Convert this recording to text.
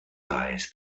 lies